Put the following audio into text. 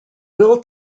will